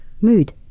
mood